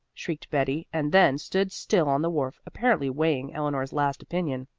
shrieked betty and then stood still on the wharf, apparently weighing eleanor's last opinion.